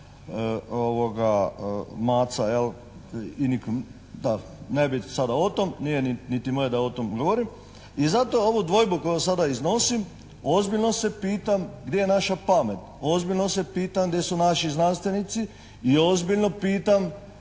I nikom, da, ne bih sada o tom. Nije niti moje da o tom govorim. I zato ovu dvojbu koju sada iznosim. Ozbiljno se pitam gdje je naša pamet? Ozbiljno se pitam gdje su naši znanstvenici? I ozbiljno pitam